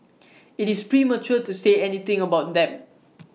IT is premature to say anything about them